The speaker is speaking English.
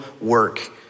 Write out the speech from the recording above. work